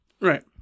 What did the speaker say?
Right